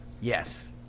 Yes